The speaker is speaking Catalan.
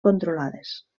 controlades